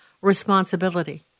responsibility